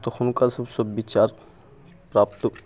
तऽ हुनका सबसँ विचार प्राप्त